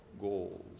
goals